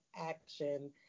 action